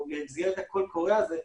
או במסגרת הקול קורא הזה,